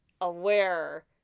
aware